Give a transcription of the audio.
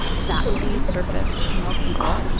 that would be surfaced to more people.